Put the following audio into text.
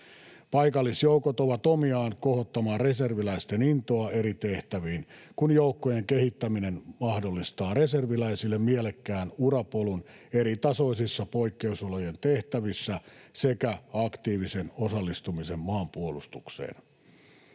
Paikallisjoukot ovat omiaan kohottamaan reserviläisten intoa eri tehtäviin, kun joukkojen kehittäminen mahdollistaa reserviläisille mielekkään urapolun eritasoisissa poikkeusolojen tehtävissä sekä aktiivisen osallistumisen maanpuolustukseen.